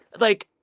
like,